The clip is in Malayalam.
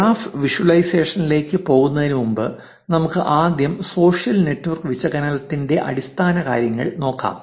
ഗ്രാഫ് വിഷ്വലൈസേഷനിലേക്ക് പോകുന്നതിന് മുമ്പ് നമുക്ക് ആദ്യം സോഷ്യൽ നെറ്റ്വർക്ക് വിശകലനത്തിന്റെ അടിസ്ഥാനകാര്യങ്ങൾ നോക്കാം